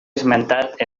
esmentat